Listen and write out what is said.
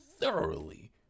thoroughly